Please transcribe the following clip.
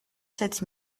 sept